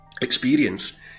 experience